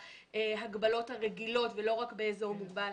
ההגבלות הרגילות ולא רק באזור מוגבל.